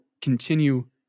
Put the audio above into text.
continue